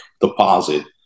deposit